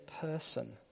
person